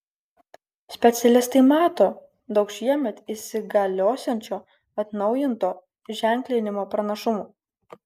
specialistai mato daug šiemet įsigaliosiančio atnaujinto ženklinimo pranašumų